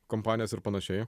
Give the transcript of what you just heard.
kompanijos ir panašiai